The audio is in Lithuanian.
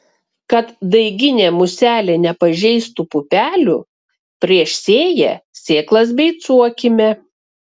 kad daiginė muselė nepažeistų pupelių prieš sėją sėklas beicuokime